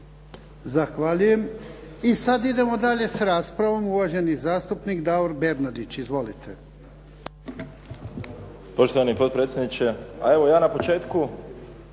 Zahvaljujem. I sada idemo dalje sa raspravom. Uvaženi zastupnik Davor Bernardić. Izvolite. **Bernardić, Davor (SDP)** Poštovani potpredsjedniče. Pa evo ja na početku